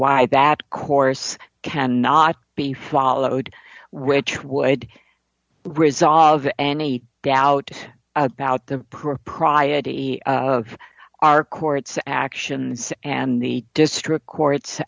why that course cannot be followed which would resolve any doubt about the propriety of our courts actions and the district courts